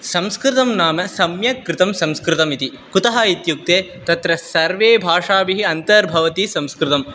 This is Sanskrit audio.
संस्कृतं नाम सम्यक् कृतं संस्कृतमिति कुतः इत्युक्ते तत्र सर्वे भाषाभिः अन्तर्भवति संस्कृतम्